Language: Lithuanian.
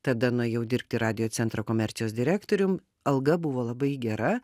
tada nuėjau dirbti radiocentro komercijos direktorium alga buvo labai gera